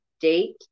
date